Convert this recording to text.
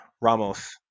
Ramos